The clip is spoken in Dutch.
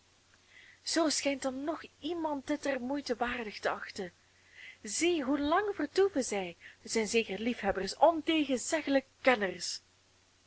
zoo schijnt dan nog iemand dit der moeite waardig te achten zie hoe lang vertoeven zij het zijn zeker liefhebbers ontegenzeggelijk kenners